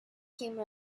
came